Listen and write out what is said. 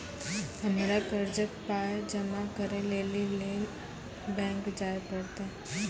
हमरा कर्जक पाय जमा करै लेली लेल बैंक जाए परतै?